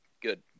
good